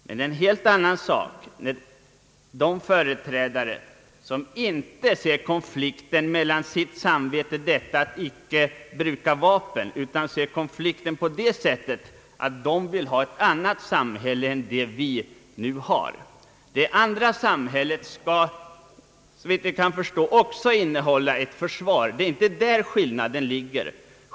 Det är en helt annan sak med de företrädare som inte ser kon flikten i frågan om att icke bruka vapen, utan ser den i att de vill ha ett annat samhälle än det vi nu har. Det andra samhället skall också såvitt vi kan förstå ha ett försvar. Det är inte där skillnaden ligger.